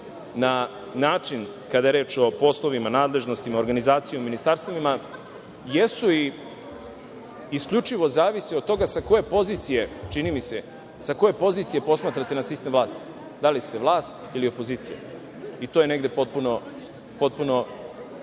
na način kada je reč o poslovima, nadležnostima, organizaciji u ministarstvima jesu i isključivo zavisi od toga sa koje pozicije posmatrate na sistem vlasti, da li ste vlast ili opozicija i to je negde potpuno